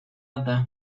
other